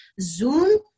zoom